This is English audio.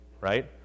right